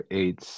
eight